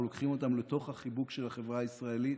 אנחנו לוקחים אותם לתוך החיבוק של החברה הישראלית,